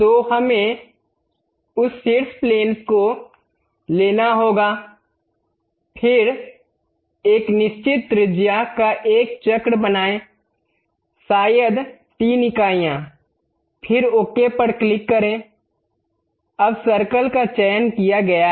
तो हमें उस शीर्ष प्लेन को लेना होगा फिर एक निश्चित त्रिज्या का एक चक्र बनाएं शायद 3 इकाइयां फिर ओके पर क्लिक करें अब सर्कल का चयन किया गया है